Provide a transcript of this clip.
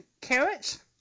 carrots